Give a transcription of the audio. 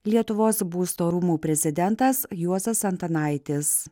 lietuvos būsto rūmų prezidentas juozas antanaitis